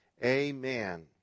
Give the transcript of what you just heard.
Amen